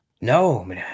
No